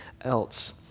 else